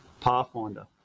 pathfinder